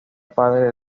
padre